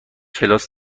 کلاس